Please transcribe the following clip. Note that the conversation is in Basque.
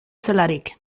zelarik